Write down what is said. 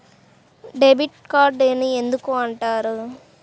Debit card అని ఎందుకు అంటారు?